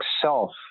self